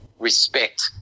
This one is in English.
respect